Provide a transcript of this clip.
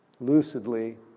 lucidly